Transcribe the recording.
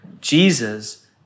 Jesus